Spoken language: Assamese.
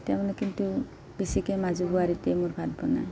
এতিয়া মানে কিন্তু বেছিকৈ মোৰ মাজু বোৱাৰীটোৱে মোৰ ভাত বনাই